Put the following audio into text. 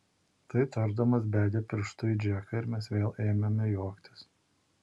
tai tardamas bedė pirštu į džeką ir mes vėl ėmėme juoktis